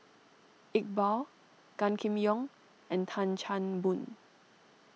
Iqbal Gan Kim Yong and Tan Chan Boon